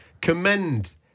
commend